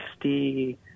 60